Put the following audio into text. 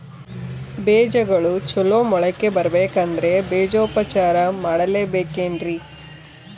ಬೇಜಗಳು ಚಲೋ ಮೊಳಕೆ ಬರಬೇಕಂದ್ರೆ ಬೇಜೋಪಚಾರ ಮಾಡಲೆಬೇಕೆನ್ರಿ?